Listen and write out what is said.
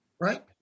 right